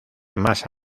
más